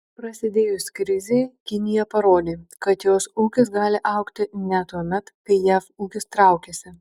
prasidėjus krizei kinija parodė kad jos ūkis gali augti net tuomet kai jav ūkis traukiasi